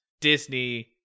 Disney